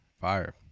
fire